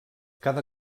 cada